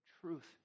Truth